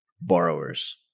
borrowers